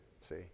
see